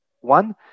One